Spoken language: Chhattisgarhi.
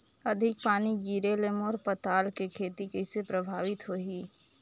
अधिक पानी गिरे ले मोर पताल के खेती कइसे प्रभावित होही?